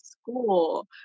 school